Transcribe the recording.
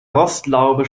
rostlaube